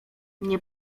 nie